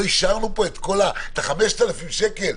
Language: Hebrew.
לא אישרנו פה את ה-5,000 שקל?